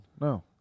No